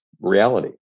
reality